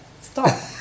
stop